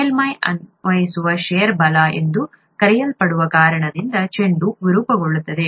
ಮೇಲ್ಮೈಯಲ್ಲಿ ಅನ್ವಯಿಸುವ ಷೇರ್ ಬಲ ಎಂದು ಕರೆಯಲ್ಪಡುವ ಕಾರಣದಿಂದ ಚೆಂಡು ವಿರೂಪಗೊಳ್ಳುತ್ತದೆ